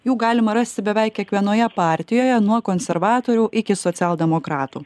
jų galima rasti beveik kiekvienoje partijoje nuo konservatorių iki socialdemokratų